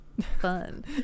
fun